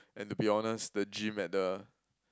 and to be honest the gym at the